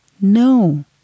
No